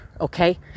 okay